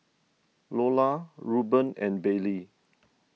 Loula Ruben and Bailey